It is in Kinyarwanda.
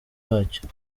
wacyo